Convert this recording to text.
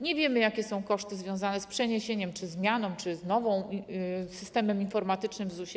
Nie wiemy, jakie są koszty związane z przeniesieniem czy zmianą, czy z nowym systemem informatycznym w ZUS-ie.